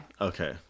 Okay